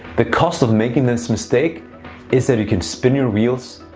the cost of making this mistake is that you can spin your wheels,